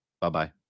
Bye-bye